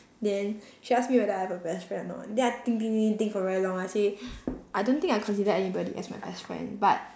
then she ask me whether I have a best friend or not then I think think think think think for very long I say I don't think I consider anybody as my best friend but